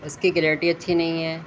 اس کی کلیرٹی اچھی نہیں ہے